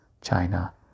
China